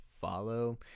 follow